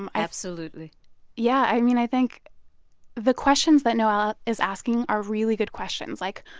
um absolutely yeah, i mean, i think the questions that noel is asking are really good questions. like,